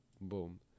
boom